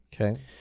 Okay